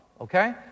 okay